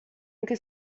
anche